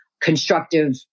constructive